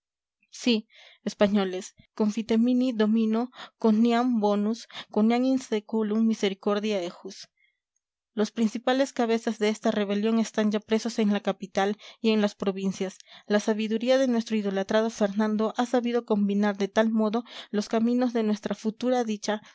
sí españoles confitemini domino quoniam bonus quoniam in sculum misericordia ejus los principales cabezas de esta rebelión están ya presos en la capital y en las provincias la sabiduría de nuestro idolatrado fernando ha sabido combinar de tal modo los caminos de nuestra futura dicha